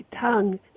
tongue